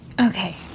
Okay